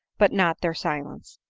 but not their silence.